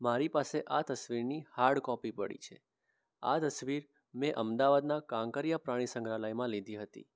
મારી પાસે આ તસ્વીરની હાર્ડ કોપી પડી છે આ તસવીર મેં અમદાવાદના કાંકરિયા પ્રાણી સંગ્રહાલયમાં લીધી હતી